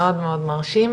מאוד מרשים,